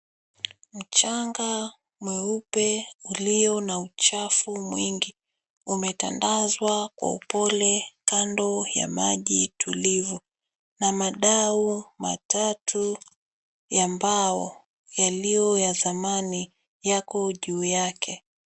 Mchanga mweupe ulio na uchafu mwingi umetandazwa kwa upole kando ya maji tulivu na madau matatu ya mbao yaliyo ya zamani yako juu yake.